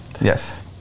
Yes